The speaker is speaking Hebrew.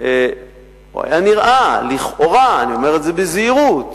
היה נראה, לכאורה, אני אומר את זה בזהירות,